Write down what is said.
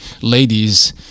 ladies